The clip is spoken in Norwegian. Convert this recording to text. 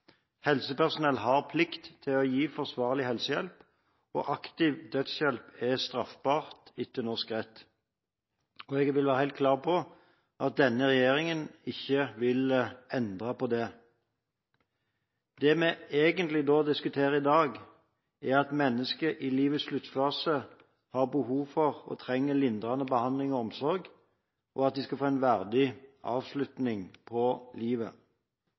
Helsepersonell har plikt til å gi forsvarlig helsehjelp, og aktiv dødshjelp er straffbart etter norsk rett. Jeg vil være helt klar på at denne regjeringen ikke vil endre på det. Det vi da egentlig diskuterer i dag, er at mennesker i livets sluttfase har behov for og trenger lindrende behandling og omsorg, og at de skal få en verdig avslutning på livet.